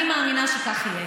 אני מאמינה שכך יהיה.